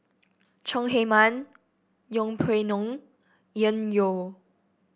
Chong Heman Yeng Pway Ngon Yan